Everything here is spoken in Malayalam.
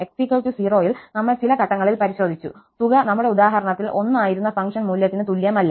X 0 ൽ നമ്മൾ ചില ഘട്ടങ്ങളിൽ പരിശോധിച്ചു തുക നമ്മുടെ ഉദാഹരണത്തിൽ 1 ആയിരുന്ന ഫംഗ്ഷനു മൂല്യത്തിന് തുല്യമല്ല